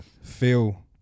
feel